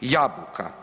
jabuka.